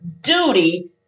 duty